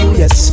yes